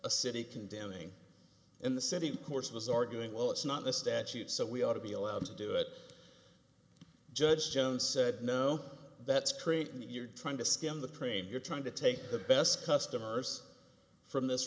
a city condemning in the city course was arguing well it's not the statute so we ought to be allowed to do it judge jones said no that's creating the you're trying to skim the cream you're trying to take the best customers from this